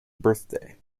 birthday